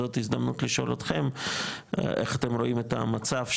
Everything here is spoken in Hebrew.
זאת הזדמנות לשאול אתכם איך אתם רואים את המצב,